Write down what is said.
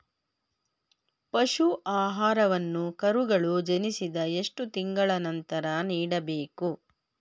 ಪಶು ಆಹಾರವನ್ನು ಕರುಗಳು ಜನಿಸಿದ ಎಷ್ಟು ತಿಂಗಳ ನಂತರ ನೀಡಬೇಕು?